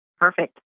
Perfect